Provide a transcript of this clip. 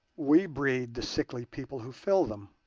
we breed the sickly people who fill them.